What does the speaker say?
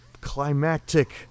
climactic